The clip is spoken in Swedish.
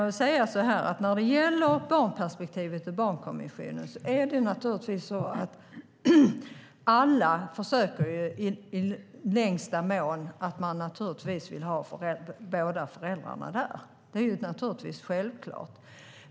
När det gäller barnperspektivet och barnkonventionen vill man naturligtvis i möjligaste mån ha båda föräldrarna där. Det är självklart.